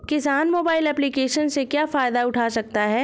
किसान mobile application से क्या फायदा उठा सकता है?